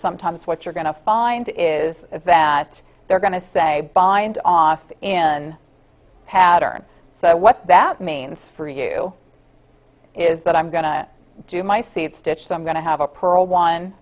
sometimes what you're going to find is that they're going to say bind off in a pattern so what that means for you is that i'm going to do my seed stitch them going to have a pearl one